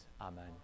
amen